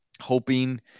hoping